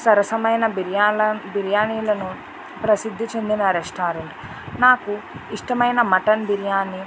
సరసమైన బిర్యానీ బిర్యానీలను ప్రసిద్ధి చెందిన రెస్టారెంట్ నాకు ఇష్టమైన మటన్ బిర్యానీ